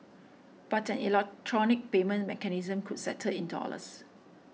but an electronic payment mechanism could settle in dollars